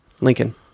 Lincoln